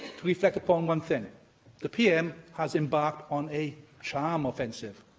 to reflect upon one thing the pm has embarked on a charm offensive.